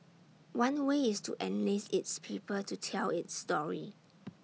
one way is to enlist its people to tell its story